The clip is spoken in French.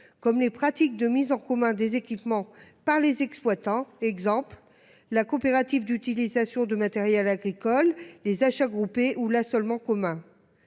comme les pratiques de mise en commun des équipements par les exploitants. Exemple, la coopérative d'utilisation de matériel agricole, les achats groupés ou là seulement commun.